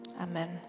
Amen